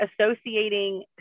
associating